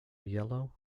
yellow